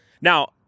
Now